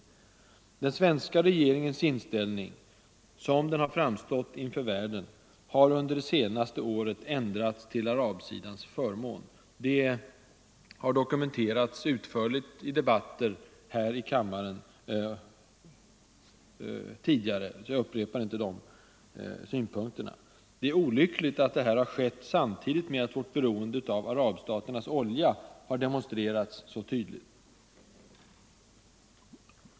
läget i Den svenska regeringens inställning — som den framstått inför världen Mellersta Östern, — har under det senaste året ändrats till arabsidans förmån. Det har do = m.m. kumenterats utförligt i tidigare debatter här i kammaren, och jag upprepar därför inte de synpunkterna. Det är olyckligt att detta skett samtidigt med att vårt beroende av arabstaternas olja har demonstrerats så tydligt.